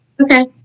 Okay